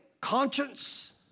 conscience